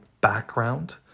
background